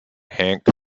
hank